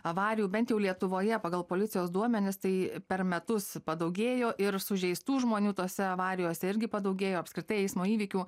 avarijų bent jau lietuvoje pagal policijos duomenis tai per metus padaugėjo ir sužeistų žmonių tose avarijose irgi padaugėjo apskritai eismo įvykių